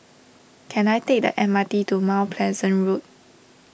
can I take the M R T to Mount Pleasant Road